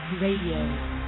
Radio